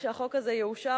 כשהחוק הזה יאושר,